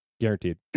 Guaranteed